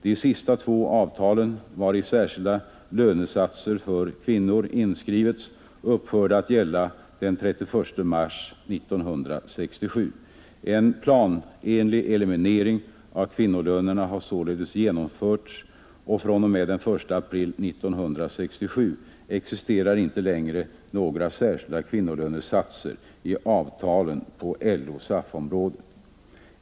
De sista två avtalen, vari särskilda lönesatser för kvinnor inskrivits, upphörde att gälla den 31 mars 1967. En planenlig eliminering av kvinnolönerna har således genomförts, och fr.o.m. den 1 april 1967 existerar inte längre några särskilda kvinnolönesatser i avtalen på LO/SAF-området.